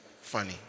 funny